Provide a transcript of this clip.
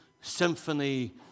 symphony